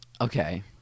Okay